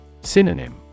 Synonym